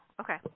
Okay